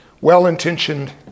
well-intentioned